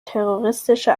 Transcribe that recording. terroristische